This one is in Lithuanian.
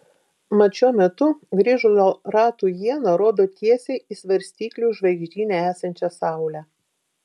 mat šiuo metu grįžulo ratų iena rodo tiesiai į svarstyklių žvaigždyne esančią saulę